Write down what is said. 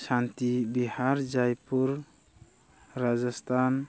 Shanti Bihar Jaipur Rajasthan